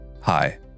Hi